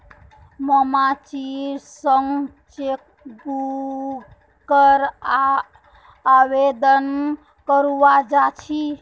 मामाजीर संग चेकबुकेर आवेदन करवा जा छि